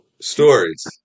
Stories